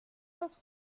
los